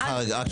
סליחה רגע.